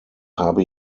habe